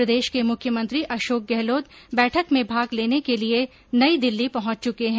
प्रदेश के मुख्यमंत्री अशोक गहलोत बैठक में भाग लेने के लिये नई दिल्ली पहंच चुके है